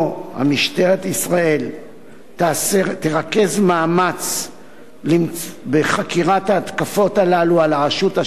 משטרת ישראל תרכז מאמץ בחקירת ההתקפות האלה על הרשות השופטת,